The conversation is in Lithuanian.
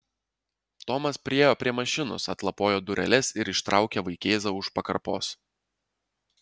tomas priėjo prie mašinos atlapojo dureles ir ištraukė vaikėzą už pakarpos